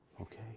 Okay